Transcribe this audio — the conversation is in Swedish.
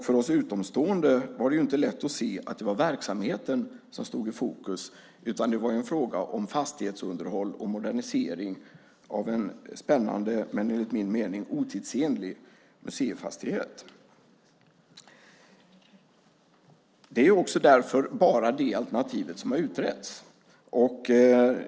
För oss utomstående var det inte lätt att se att det var verksamheten som stod i fokus, utan det var en fråga om fastighetsunderhåll och modernisering av en enligt min mening spännande men otidsenlig museifastighet. Det är också därför som bara det alternativet har utretts.